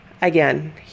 Again